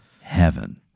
heaven